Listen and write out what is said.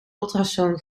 ultrasoon